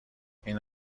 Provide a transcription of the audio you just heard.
این